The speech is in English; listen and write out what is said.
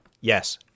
yes